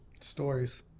stories